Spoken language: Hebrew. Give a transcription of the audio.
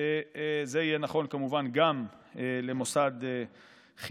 זה יהיה נכון כמובן גם למוסד חינוך.